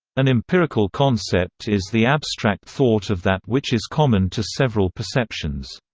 an empirical concept is the abstract thought of that which is common to several perceptions.